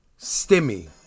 stimmy